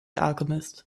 alchemist